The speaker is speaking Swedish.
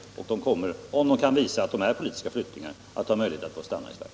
Personerna kommer —- om de kan visa att de är politiska flyktingar — att få möjlighet att stanna i Sverige.